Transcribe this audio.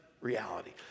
reality